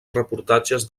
reportatges